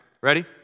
Ready